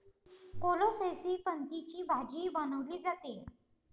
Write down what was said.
कोलोसेसी पतींची भाजीही बनवली जाते